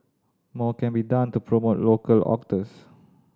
more can be done to promote local authors